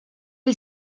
hil